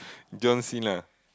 jumps in lah